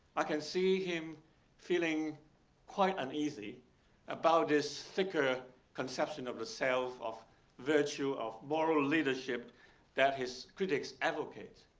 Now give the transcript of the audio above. i can see him feeling quite uneasy about this thicker conception of the self of virtue of moral leadership that his critics advocate.